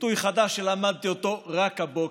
ביטוי חדש שלמדתי אותו רק הבוקר.